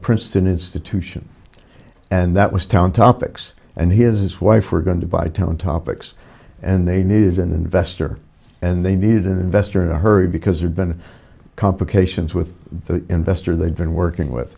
princeton institution and that was town topics and his wife were going to buy telling topics and they needed an investor and they needed an investor in a hurry because there'd been complications with the investor they'd been working with